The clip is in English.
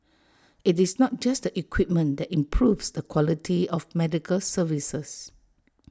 IT is not just the equipment that improves the quality of medical services